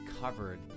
covered